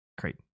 Great